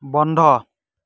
বন্ধ